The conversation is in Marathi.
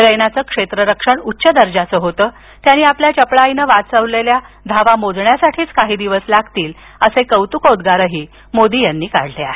रैनाचे क्षेत्ररक्षण उच्च दर्जाचे होते त्यानं आपल्या चपळाईनं वाचवलेल्या धावा मोजण्यासाठीच काही दिवस लागतील असे कौतुकोद्गारही मोदींनी काढले आहेत